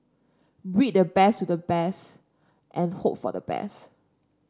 breed the best to the best and hope for the best